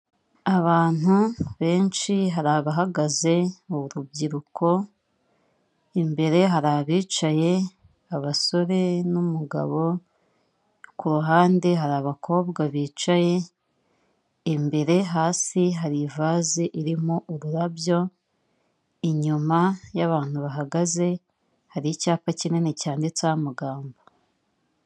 Abantu benshi, hari abahagaze b'urubyiruko, imbere hari abicaye, abasore n'umugabo, ku ruhande hari abakobwa bicaye, imbere hasi hari ivase irimo ururabyo, inyuma y'abantu bahagaze hari icyapa kinini cyanditseho amagambo.